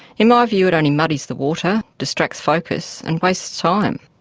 in my view it only muddies the water, distracts focus and wastes time.